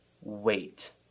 wait